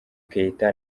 keita